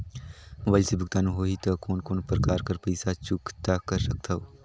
Mobile से भुगतान होहि त कोन कोन प्रकार कर पईसा चुकता कर सकथव?